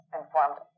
informed